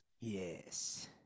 Yes